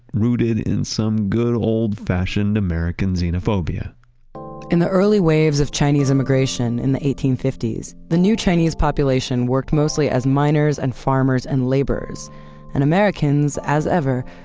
rooted in some good old-fashioned american xenophobia in the early waves of chinese immigration in the eighteen fifty s, the new chinese population worked mostly as miners and farmers and laborers and americans, as ever,